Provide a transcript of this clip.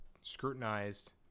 scrutinized